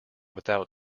without